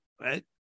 right